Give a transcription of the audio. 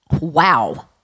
Wow